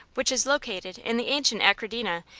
which is located in the ancient achradina,